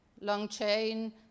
long-chain